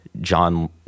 John